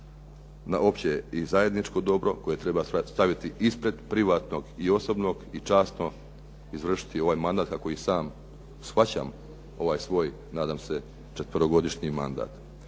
na opće i zajedničko dobro koje treba staviti ispred privatnog i osobnog i časno izvršiti ovaj mandat kako i sam shvaćam ovaj svoj nadam se četverogodišnji mandat.